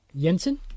Jensen